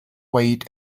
wait